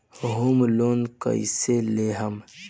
Home loan कैसे लेहम?